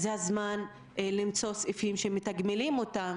זה הזמן למצוא סעיפים שמתגמלים אותן